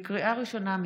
לקריאה ראשונה,